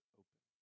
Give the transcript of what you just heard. open